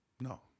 No